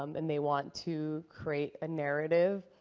um and they want to create a narrative,